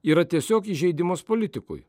yra tiesiog įžeidimas politikui